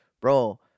bro